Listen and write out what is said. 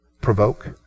Provoke